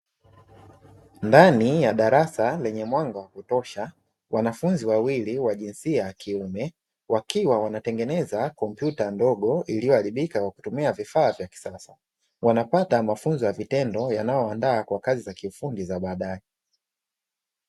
Ndani ya darasa lenye mwanga wa kutosha wanafunzi wawili wa jinsia ya kiume, wakiwa wanatengeneza kompyuta ndogo iliyo haribika kwa kutumia vifaa vya kisasa, wanapata mafunzo ya vitendo yanayo waandaa kwa kazi za kiufundi za baadae.